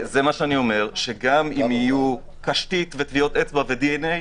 גם אם יהיו קשתית וטביעות אצבע ו-DNA,